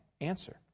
answer